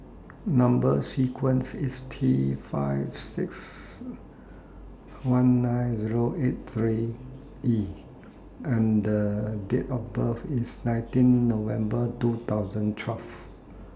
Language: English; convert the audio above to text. Number sequence IS T five six one nine Zero eight three E and Date of birth IS nineteen November twenty twelve